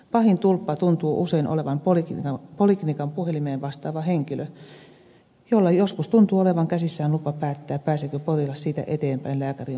pahin tulppa tuntuu usein olevan poliklinikan puhelimeen vastaava henkilö jolla joskus tuntuu olevan käsissään lupa päättää pääseekö potilas siitä eteenpäin lääkärin vastaanotolle